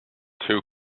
too